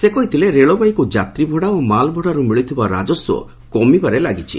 ସେ କହିଥିଲେ ରେଳବାଇକ୍ର ଯାତ୍ରୀ ଭଡ଼ା ଓ ମାଲ୍ ଭଡ଼ାରୁ ମିଳୁଥିବା ରାଜସ୍ୱ କମିବାରେ ଲାଗିଛି